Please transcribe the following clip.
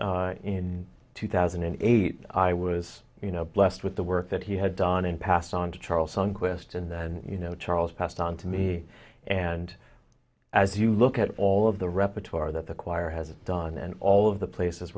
in two thousand and eight i was you know blessed with the work that he had done and passed on to charles son quist and then you know charles passed on to me and as you look at all of the repertoire that the choir has done and all of the places